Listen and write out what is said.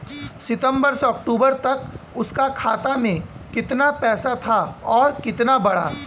सितंबर से अक्टूबर तक उसका खाता में कीतना पेसा था और कीतना बड़ा?